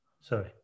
Sorry